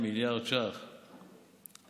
מיליארד ש"ח כיום.